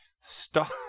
Stop